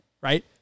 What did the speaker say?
right